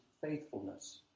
faithfulness